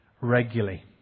regularly